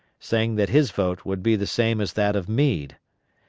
saying that his vote would be the same as that of meade.